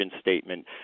statement